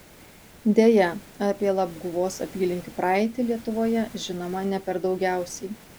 deja apie labguvos apylinkių praeitį lietuvoje žinoma ne per daugiausiai